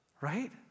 Right